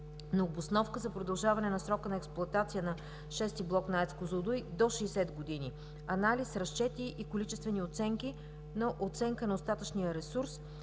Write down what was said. на обосновка за продължаване на срока на експлоатация на VІ-ти блок на АЕЦ „Козлодуй“ до 60 години, анализ, разчети и количествени оценки, на оценка на остатъчния ресурс